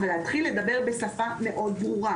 אבל להתחיל לדבר בשפה מאוד ברורה,